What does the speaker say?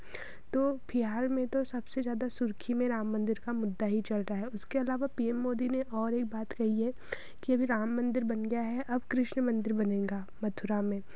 तो बिहार में तो सबसे ज़्यादा सुर्खी में राम मंदिर का मुद्दा ही चल रहा है उसके अलावा पी एम मोदी ने और एक बात कही है कि अभी राम मंदिर बन गया है अब कृष्ण मंदिर बनेगा मथुरा में